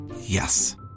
Yes